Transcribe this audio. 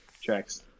checks